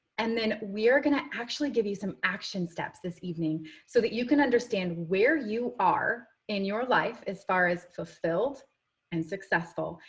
and then we are going to actually give you some action steps this evening so that you can understand where you are in your life, as far as fulfilled and successful.